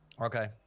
Okay